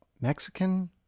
Mexican